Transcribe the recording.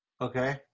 Okay